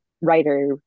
writer